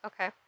Okay